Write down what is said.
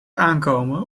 aankomen